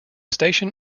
station